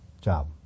job